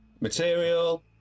material